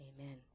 amen